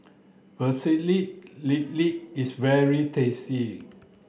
Pecel Lele is very tasty